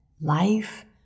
Life